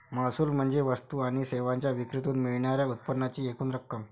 महसूल म्हणजे वस्तू आणि सेवांच्या विक्रीतून मिळणार्या उत्पन्नाची एकूण रक्कम